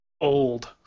old